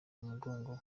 mugongo